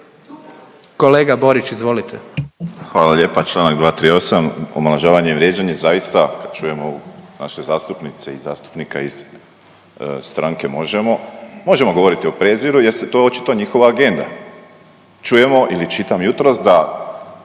Kolega Borić izvolite.